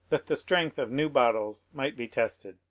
that the strength of new bottles might be tested.